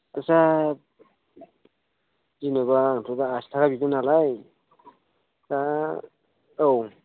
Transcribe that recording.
फैसा जेन'बा आंथ' दा आसि थाखा बिदों नालाय दा औ